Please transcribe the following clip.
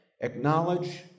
acknowledge